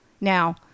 Now